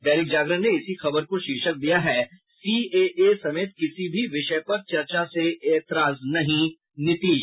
दैनिक जागरण ने इसी खबर को शीर्षक दिया है सीएए समेत किसी भी विषय पर चर्चा से एतराज नहीं नीतीश